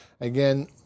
Again